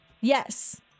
Yes